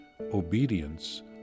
obedience